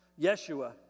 Yeshua